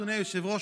אדוני היושב-ראש,